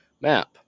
map